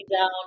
down